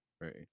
Right